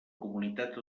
comunitat